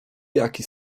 jaki